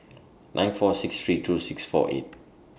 nine four six three two six four eight